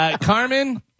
Carmen